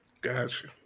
Gotcha